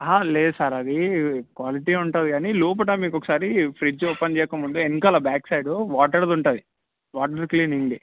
లేదు సార్ అది క్వాలిటీ ఉంటుంది కానీ లోపల మీకు ఒకసారి ఫ్రిడ్జ్ ఓపెన్ చేయక ముందే వెనకాల బ్యాక్ సైడు వాటర్ది ఉంటుంది వాటర్ క్లీనింగ్ది